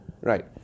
Right